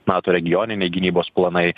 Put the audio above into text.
nato regioniniai gynybos planai